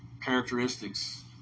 characteristics